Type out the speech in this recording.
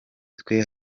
twe